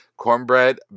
Cornbread